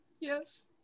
Yes